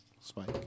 Spike